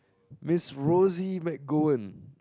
Miss Rosie McGowen